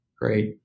great